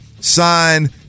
sign